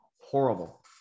Horrible